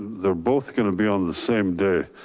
they're both gonna be on the same day.